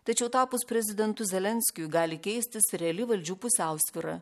tačiau tapus prezidentu zelenskiui gali keistis reali valdžių pusiausvyra